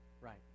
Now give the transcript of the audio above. right